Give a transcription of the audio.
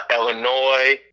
Illinois